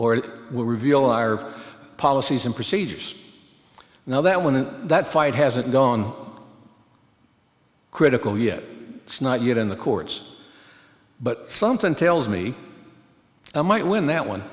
or it will reveal our policies and procedures now that when that fight hasn't gone critical yet it's not yet in the courts but something tells me i might win that one